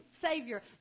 savior